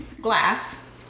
Glass